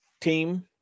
team